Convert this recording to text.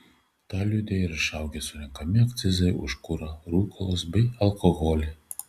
tą liudija ir išaugę surenkami akcizai už kurą rūkalus bei alkoholį